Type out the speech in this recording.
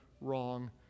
wrong